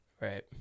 Right